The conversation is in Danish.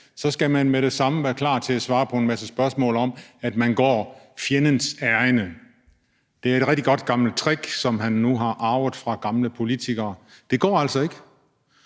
skal man med det samme være klar til at svare på en masse spørgsmål om, hvorfor man går fjendens ærinde. Det er et rigtig godt gammelt trick, som ordføreren har arvet fra gamle politikere, men den går altså ikke.